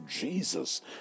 Jesus